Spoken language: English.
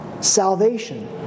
Salvation